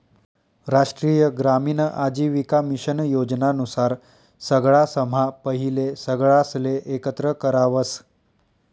राष्ट्रीय ग्रामीण आजीविका मिशन योजना नुसार सगळासम्हा पहिले सगळासले एकत्र करावस